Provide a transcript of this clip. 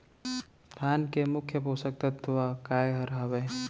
धान के मुख्य पोसक तत्व काय हर हावे?